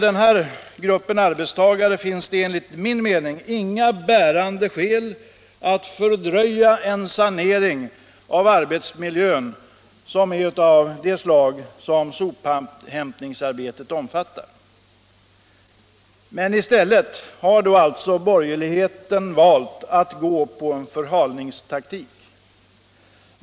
Det finns enligt min mening inga bärande skäl att fördröja en sanering av en arbetsmiljö av det slag som sophämtningsarbetet omfattar. Men istället har borgerligheten valt att gå på en förhalningstaktik.